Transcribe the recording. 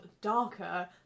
darker